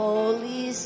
Holy